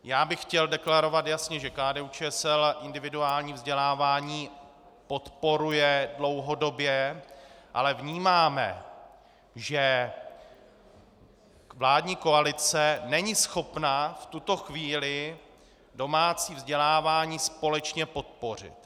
Já bych chtěl deklarovat jasně, že KDUČSL individuální vzdělávání podporuje dlouhodobě, ale vnímáme, že vládní koalice není schopná v tuto chvíli domácí vzdělávání společně podpořit.